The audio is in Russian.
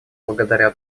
благодаря